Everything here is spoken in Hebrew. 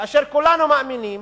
כאשר כולנו מאמינים,